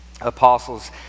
apostles